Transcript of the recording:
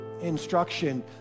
instruction